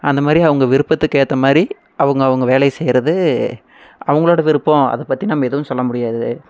அந்த மாதிரி அவங்க விருப்பத்துக்கேத்த மாரி அவங்க அவங்க வேலையை செய்யறது அவங்களோட விருப்பம் அதை பற்றி நம்ப எதுவும் சொல்ல முடியாது